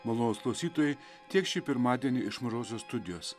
malonūs klausytojai tiek šį pirmadienį iš mažosios studijos